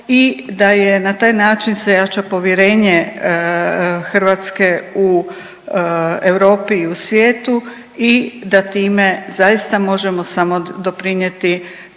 i da je na taj način se jača povjerenje Hrvatske u Europi i u svijetu i da time zaista možemo samo doprinijeti